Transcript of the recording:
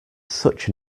such